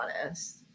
honest